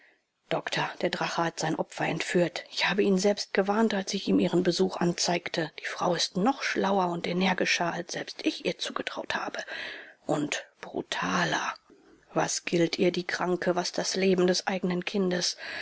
doktor der drache hat sein opfer entführt ich habe ihn selbst gewarnt als ich ihm ihren besuch anzeigte die frau ist noch schlauer und energischer als selbst ich ihr zugetraut habe und brutaler was gilt ihr die kranke was das leben des eigenen kindes